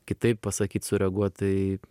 kitaip pasakyt sureaguot tai